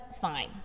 Fine